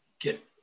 get